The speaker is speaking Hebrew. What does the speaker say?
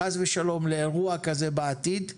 חס ושלום, לאירוע כזה בעתיד.